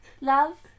Love